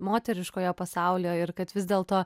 moteriškojo pasaulio ir kad vis dėlto